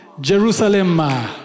Jerusalem